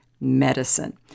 medicine